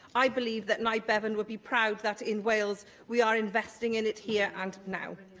i believe that nye bevan would be proud that in wales we are investing in it here and now.